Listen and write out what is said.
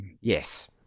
Yes